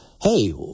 hey